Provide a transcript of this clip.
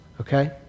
okay